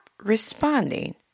responding